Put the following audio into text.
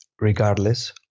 regardless